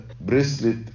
bracelet